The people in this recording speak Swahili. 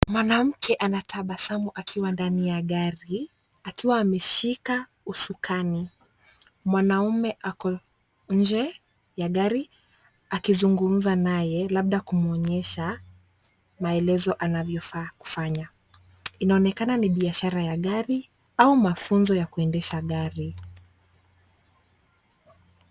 Mwanamke anatabasamu akiwa ndani ya gari akiwa ameshika usukani. Mwanaume ako nje ya gari akizungumza naye labda kumwonyesha maelezo anavyofaa kufanya. Inaonekana ni biashara ya gari au mafunzo ya kuendesha gari.